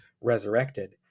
resurrected